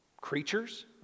creatures